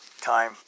Time